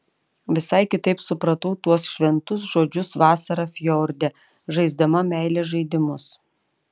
visai kitaip supratau tuos šventus žodžius vasarą fjorde žaisdama meilės žaidimus